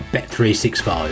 Bet365